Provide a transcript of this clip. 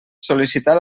sol·licitar